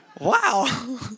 Wow